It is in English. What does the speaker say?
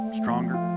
stronger